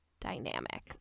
dynamic